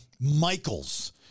Michael's